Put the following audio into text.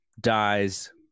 dies